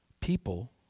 People